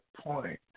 point